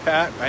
Pat